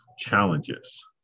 challenges